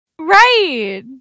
Right